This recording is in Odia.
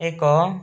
ଏକ